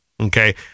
Okay